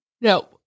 No